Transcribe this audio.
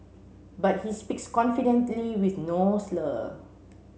but he speaks confidently with no slur